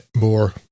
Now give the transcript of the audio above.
more